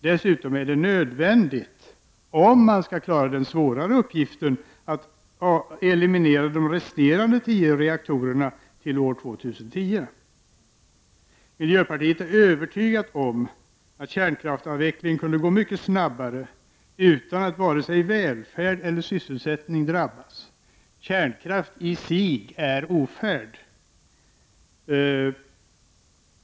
Dessutom är det nödvändigt om man skall klara den svårare uppgiften att eliminera de resterande tio reaktorerna till år 2010. Miljöpartiet är övertygat om att kärnkraftsavvecklingen kunde gå mycket snabbare utan att vare sig välfärd eller sysselsättning drabbas. Kärnkraften i sig är ofärd.